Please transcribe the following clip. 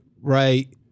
right